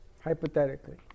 hypothetically